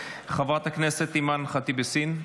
חברת הכנסת אימאן ח'טיב יאסין,